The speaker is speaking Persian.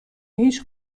هیچ